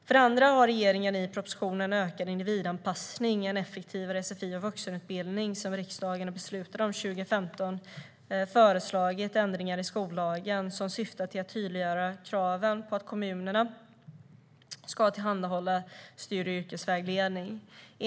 För det andra har regeringen i propositionen Ökad individanpas sning - en effektivare sfi och vuxenutbildning som riksdagen beslutade om 2015 föreslagit ändringar i skollagen som syftar till att tydliggöra kraven på kommunerna att tillhandahålla studie och yrkesvägledning.